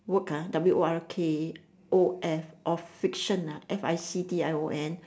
work ah W O R K O F of fiction ah F I C T I O N